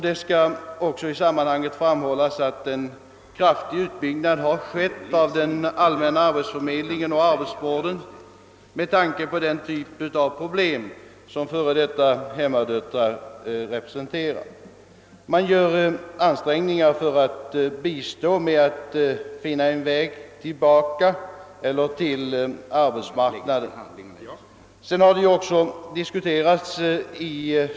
: Det bör i detta sammanhang framhållas att det skett en kraftig utbyggnad av den allmänna arbetsförmedlingen och arbetsvården för behandling just av de problem som kan möta före detta hemmadöttrar. Man försöker hjälpa dessa att finna en väg till arbetsmarknaden.